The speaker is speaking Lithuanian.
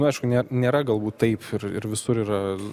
nu aišku ne nėra galbūt taip ir ir visur yra